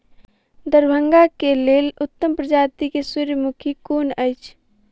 दरभंगा केँ लेल उत्तम प्रजाति केँ सूर्यमुखी केँ अछि?